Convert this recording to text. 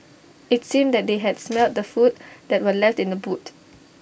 IT seemed that they had smelt the food that were left in the boot